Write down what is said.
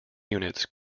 units